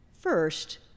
First